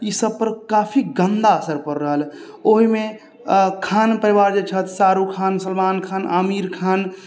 ई सब पर काफी गन्दा असर पड़ि रहल हइ ओहिमे खान परिवार जे छथि शाहरूख खान सलमान खान आमिर खान